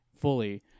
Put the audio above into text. fully